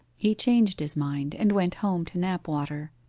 he changed his mind and went home to knapwater.